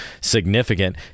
significant